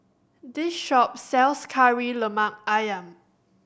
this shop sells Kari Lemak Ayam